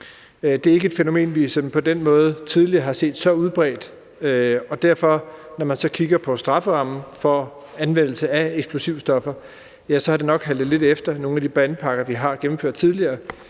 Det er ikke et fænomen, vi på den måde tidligere har set så udbredt, og derfor kan vi se, når vi kigger på strafferammen for anvendelse af eksplosivstoffer, at det nok har haltet lidt efter i nogle af de bandepakker, vi har gennemført tidligere,